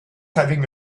having